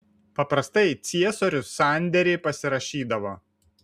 paprastai ciesorius sandėrį pasirašydavo